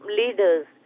leaders